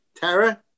Tara